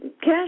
Cash